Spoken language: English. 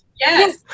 Yes